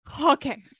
Okay